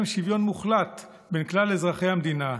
שוויון מוחלט בין כלל אזרחי המדינה,